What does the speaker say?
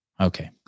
Okay